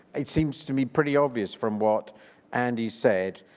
it seems to be pretty obvious from what andy said